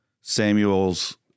Samuel's